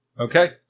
Okay